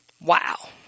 Wow